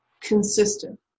consistent